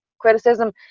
criticism